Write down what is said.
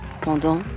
pendant